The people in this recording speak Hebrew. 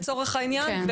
לצורך העניין,